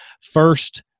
First